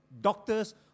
doctors